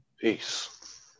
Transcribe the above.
Peace